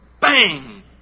bang